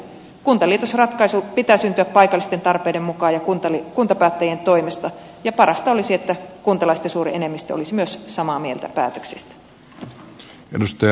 kuntaliitosratkaisun pitää syntyä paikallisten tarpeiden mukaan ja kuntapäättäjien toimesta ja parasta olisi että kuntalaisten suuri enemmistö olisi myös samaa mieltä päätöksistä